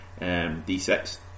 D6